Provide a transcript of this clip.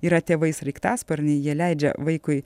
yra tėvai sraigtasparniai jie leidžia vaikui